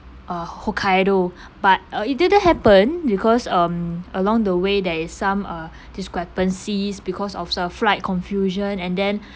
uh hokkaido but uh it didn't happen because um along the way there is some uh discrepancies because of the flight confusion and then